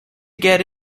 get